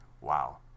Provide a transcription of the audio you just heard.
wow